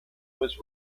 was